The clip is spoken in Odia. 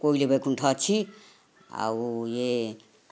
କୋଇଲି ବୈକୁଣ୍ଠ ଅଛି ଆଉ ଇଏ